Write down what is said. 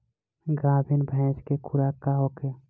गाभिन भैंस के खुराक का होखे?